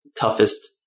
toughest